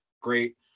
great